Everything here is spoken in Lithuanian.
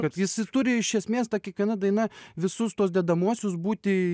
kad jis turi iš esmės ta kiekviena daina visus tuos dedamuosius būti